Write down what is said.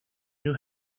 knew